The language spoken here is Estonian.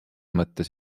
mõttes